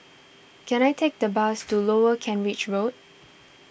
can I take the bus to Lower Kent Ridge Road